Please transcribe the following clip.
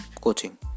coaching